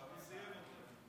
עכשיו הוא סיים את זה.